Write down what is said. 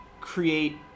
create